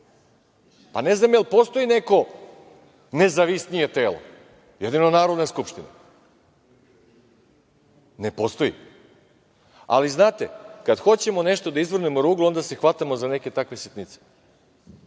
ima. Ne znam da li postoji neko nezavisnije telo, jedni Narodna skupština. Ne postoji. Znate, kada hoćemo nešto da izvrnemo ruglo onda se hvatamo za neke takve sitnice,